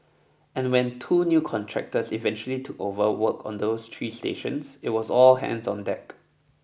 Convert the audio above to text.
and when two new contractors eventually took over work on those three stations it was all hands on deck